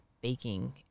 baking